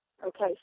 Okay